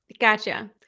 Gotcha